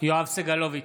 יואב סגלוביץ'